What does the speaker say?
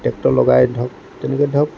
এই ট্ৰেক্টৰ লগাই তেনেকৈ ধৰক